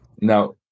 Now